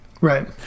Right